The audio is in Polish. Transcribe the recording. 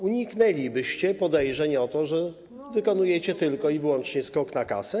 Uniknęlibyście podejrzeń o to, że wykonujecie tylko i wyłącznie skok na kasę.